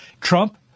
Trump